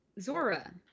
Zora